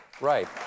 Right